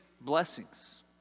blessings